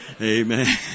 Amen